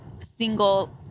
single